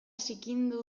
zikindu